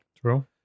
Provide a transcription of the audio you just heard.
True